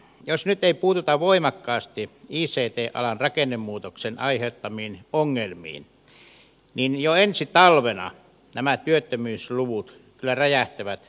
jos nyt ei puututa voimakkaasti ict alan rakennemuutoksen aiheuttamiin ongelmiin niin jo ensi talvena nämä työttömyysluvut kyllä räjähtävät todella korkealle